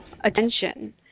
attention